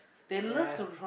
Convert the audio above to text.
yea